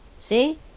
See